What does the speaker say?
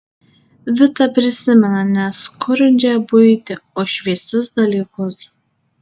vita prisimena ne skurdžią buitį o šviesius dalykus